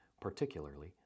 particularly